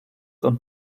und